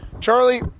Charlie